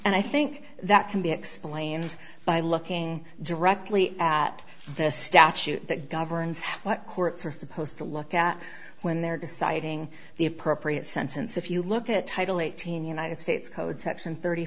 and i think that can be explained by looking directly at the statute that governs what courts are supposed to look at when they're deciding the appropriate sentence if you look at title eighteen united states code section thirty